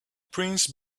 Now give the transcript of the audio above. prince